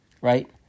right